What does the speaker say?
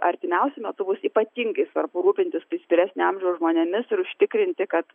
artimiausiu metu bus ypatingai svarbu rūpintis tais vyresnio amžiaus žmonėmis ir užtikrinti kad